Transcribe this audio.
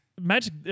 Magic